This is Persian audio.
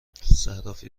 صرافی